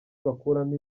bakuramo